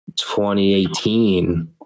2018